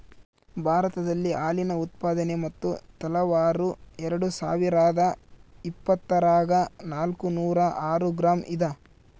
ಭಾರತದಲ್ಲಿ ಹಾಲಿನ ಉತ್ಪಾದನೆ ಮತ್ತು ತಲಾವಾರು ಎರೆಡುಸಾವಿರಾದ ಇಪ್ಪತ್ತರಾಗ ನಾಲ್ಕುನೂರ ಆರು ಗ್ರಾಂ ಇದ